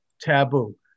taboo